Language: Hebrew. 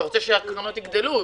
אתה רוצה שהקרנות יגדלו.